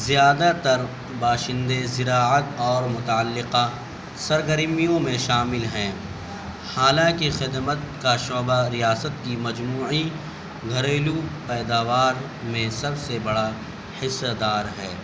زیادہ تر باشندے زراعت اور متعلقہ سرگرمیوں میں شامل ہیں حالانکہ خدمت کا شعبہ ریاست کی مجموعی گھریلو پیداوار میں سب سے بڑا حصہ دار ہے